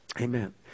Amen